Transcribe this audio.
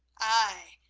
ay,